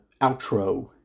outro